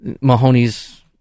Mahoney's